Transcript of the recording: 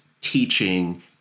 teaching